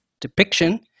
Depiction